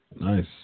Nice